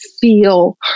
feel